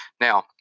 now